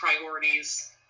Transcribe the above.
priorities